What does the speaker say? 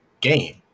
game